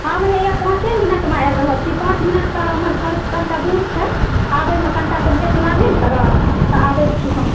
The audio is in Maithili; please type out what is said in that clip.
हम हैया पाँचे मिनटमे आबि रहल छी पाँच मिनट तऽ हमर घर कनिटा दूर छै आबैमे कनिटा तऽ लेट लागबे ने करत तऽ अबैत छी हम